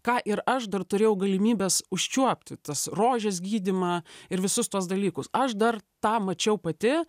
ką ir aš dar turėjau galimybes užčiuopti tas rožės gydymą ir visus tuos dalykus aš dar tą mačiau pati